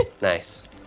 Nice